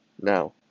Now